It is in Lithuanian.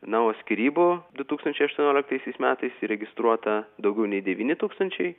na o skyrybų du tūkstančiai aštuonioliktaisiais metais įregistruota daugiau nei devyni tūkstančiai